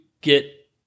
get